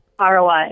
ROI